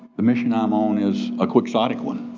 the mission i'm own is a quixotic one.